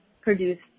produced